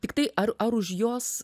tiktai ar ar už jos